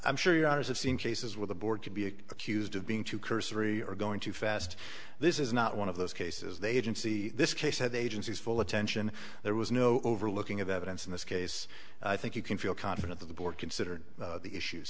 i'm sure your honour's have seen cases where the board could be accused of being too cursory or going too fast this is not one of those cases they didn't see this case had agencies full attention there was no overlooking of evidence in this case i think you can feel confident that the board considered the issues